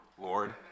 Lord